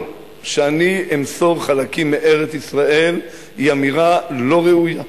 שאני אמסור חלקים מארץ-ישראל היא אמירה לא ראויה,